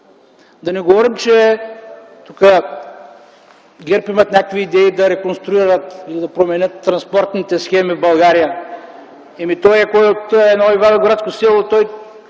Да не говорим, че тук ГЕРБ имат някакви идеи да реконструират, да променят транспортните схеми в България. Ами, ако човекът е от едно ивайловградско село, той